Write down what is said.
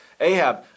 Ahab